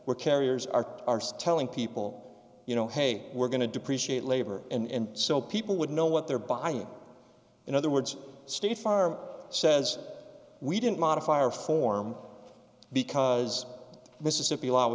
where carriers arced telling people you know hey we're going to depreciate labor and so people would know what they're buying in other words state farm says we didn't modify or form because mississippi